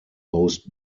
host